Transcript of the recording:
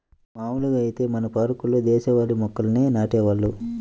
మాములుగా ఐతే మన పార్కుల్లో దేశవాళీ మొక్కల్నే నాటేవాళ్ళు